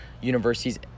universities